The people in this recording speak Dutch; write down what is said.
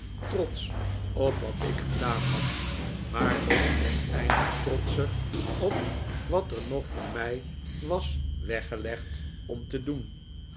trotsch op wat ik gedaan had maar nog oneindig trotscher op wat er nog voor mij was weggelegd om te doen